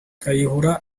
kayihura